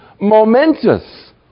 momentous